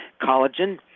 collagen